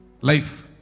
life